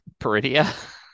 Peridia